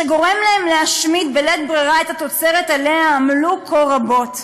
שגורם להם להשמיד בלית ברירה את התוצרת שעליה עמלו כה רבות,